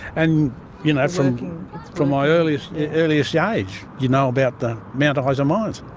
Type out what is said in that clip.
and you know from from my earliest earliest yeah age you know about the mount ah isa mines,